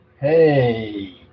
Hey